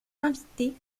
invités